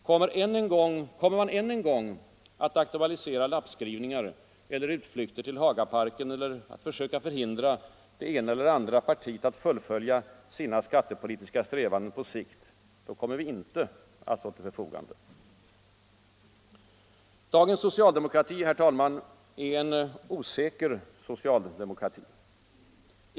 Kommer man än en gång att aktualisera lappskrivningar eller utflykter till Hagaparken eller försöka förhindra det ena eller andra partiet att fullfölja sina skattepolitiska strävanden på sikt, då kommer vi inte att stå till förfogande. Herr talman! Dagens socialdemokrati är en osäker socialdemokrati.